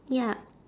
ya